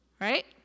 right